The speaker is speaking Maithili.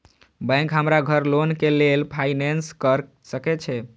बैंक हमरा घर लोन के लेल फाईनांस कर सके छे?